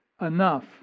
enough